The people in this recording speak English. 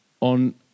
on